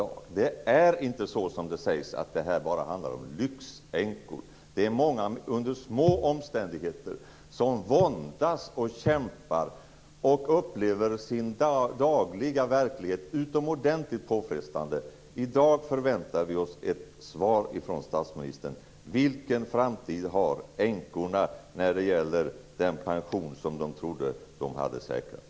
Det är inte så som det sägs, nämligen att det bara handlar om lyxänkor. Det är många som lever under små omständigheter som våndas och kämpar och som upplever sin dagliga verklighet som utomordentligt påfrestande. I dag förväntar vi oss ett svar från statsministern på frågan: Vilken framtid har änkorna när det gäller den pension som de trodde att de hade säkrat?